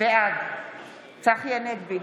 בעד צחי הנגבי,